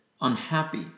unhappy